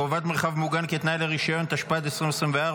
חובת מרחב מוגן כתנאי לרישיון), התשפ"ד 2024,